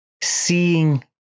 seeing